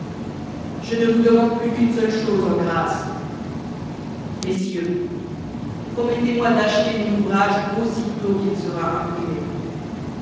je ne vous demande plus qu'une seule chose en grâce messieurs promettez-moi d'acheter mon ouvrage aussitôt qu'il sera imprimé